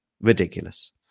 Ridiculous